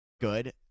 good